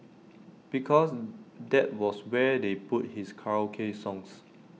because that was where they put his karaoke songs